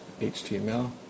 html